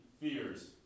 fears